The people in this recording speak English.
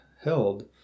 held